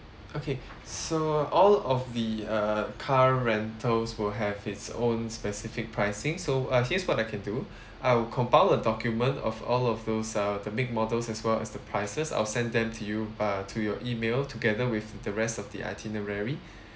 okay so all of the uh car rentals will have its own specific pricing so uh here's what I can do I'll compile a document of all of those uh the big models as well as the prices I'll send them to you uh to your email together with the rest of the itinerary